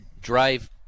drive